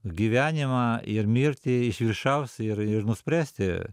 gyvenimą ir mirtį iš viršaus ir ir nuspręsti